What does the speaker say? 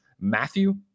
Matthew